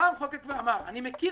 בא המחוקק ואמר: אני מכיר